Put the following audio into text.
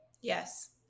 Yes